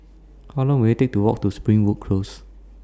How Long Will IT Take to Walk to Springwood Close